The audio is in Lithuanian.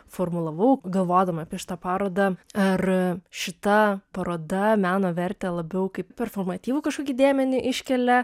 formulavau galvodama apie šitą parodą ar šita paroda meno vertę labiau kaip performatyvų kažkokį dėmenį iškelia